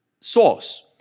source